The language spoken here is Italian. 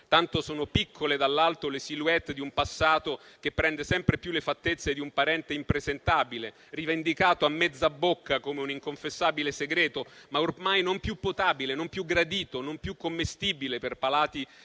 tanto sono piccole dall'alto le silhouette di un passato che prende sempre più le fattezze di un parente impresentabile, rivendicato a mezza bocca come un inconfessabile segreto, ma ormai non più potabile, non più gradito, non più commestibile per palati che si